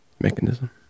mechanism